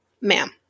Ma'am